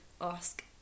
ask